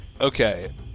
Okay